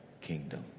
kingdom